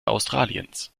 australiens